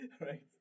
right